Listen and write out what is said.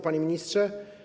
Panie Ministrze!